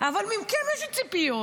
אבל מכם יש לי ציפיות,